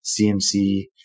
CMC